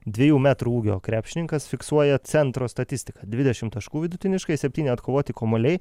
dviejų metrų ūgio krepšininkas fiksuoja centro statistiką dvidešimt taškų vidutiniškai septyni atkovoti kamuoliai